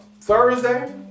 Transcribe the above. Thursday